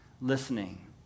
listening